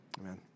Amen